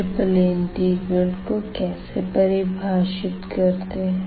triple integral को कैसे परिभाषित करते है